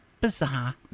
bizarre